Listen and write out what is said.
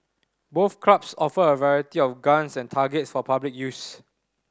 both clubs offer a variety of guns and targets for public use